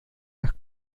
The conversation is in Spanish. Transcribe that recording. las